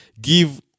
Give